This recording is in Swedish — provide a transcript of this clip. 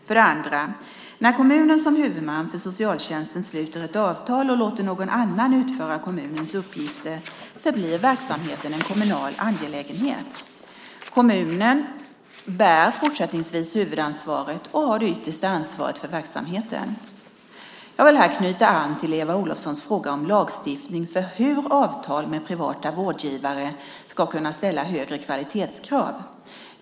För det andra: När kommunen som huvudman för socialtjänsten sluter ett avtal och låter någon annan utföra kommunens uppgifter förblir verksamheten en kommunal angelägenhet. Kommunen bär fortsättningsvis huvudansvaret och har det yttersta ansvaret för verksamheten. Jag vill här knyta an till Eva Olofssons fråga om lagstiftning för hur avtal med privata vårdgivare ska kunna ställa högre kvalitetskrav.